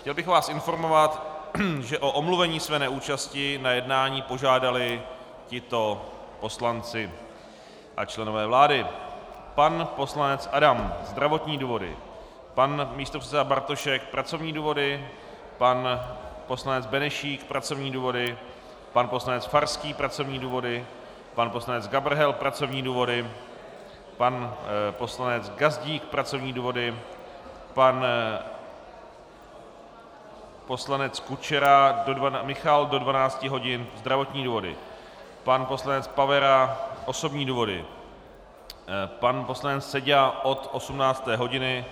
Chtěl bych vás informovat, že o omluvení své neúčasti na jednání požádali tito poslanci a členové vlády: pan poslanec Adam zdravotní důvody, pan místopředseda Bartošek pracovní důvody, pan poslanec Benešík pracovní důvody, pan poslanec Farský pracovní důvody, pan poslanec Gabrhel pracovní důvody, pan poslanec Gazdík pracovní důvody, pan poslanec Kučera Michal do 12 hodin zdravotní důvody, pan poslanec Pavera osobní důvody, pan poslanec Seďa od 18. hodiny